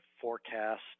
forecast